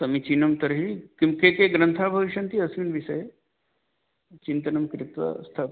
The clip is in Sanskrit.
समीचीनं तर्हि किं के के ग्रन्थाः भविष्यन्ति अस्मिन् विषये चिन्तनं कृत्वा स्था